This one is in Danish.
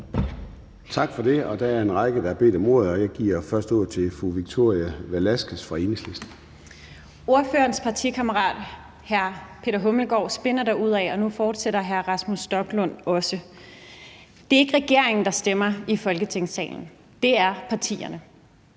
Tak for det. Og der er en række, der har bedt om ordet, og jeg giver først ordet til fru Victoria Velasquez fra Enhedslisten. Kl. 13:39 Victoria Velasquez (EL): Ordførerens partikammerat den fungerende beskæftigelsesminister spinner derudad, og nu fortsætter hr. Rasmus Stoklund. Det er ikke regeringen, der stemmer i Folketingssalen; det er partierne.